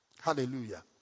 Hallelujah